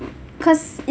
cause